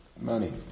money